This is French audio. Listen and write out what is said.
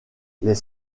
les